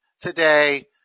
today